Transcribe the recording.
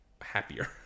happier